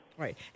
Right